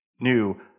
new